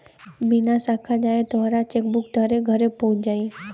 बिना साखा जाए तोहार चेकबुक तोहरे घरे पहुच जाई